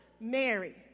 Mary